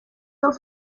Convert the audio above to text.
els